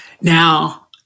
Now